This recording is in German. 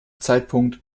zeitpunkt